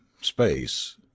space